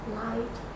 light